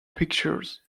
pictures